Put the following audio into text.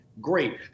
great